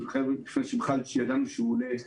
לפני שידענו שהוא יתקיים,